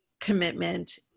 commitment